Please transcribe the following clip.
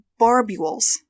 barbules